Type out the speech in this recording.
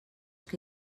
que